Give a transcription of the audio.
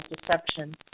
deception